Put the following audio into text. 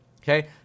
Okay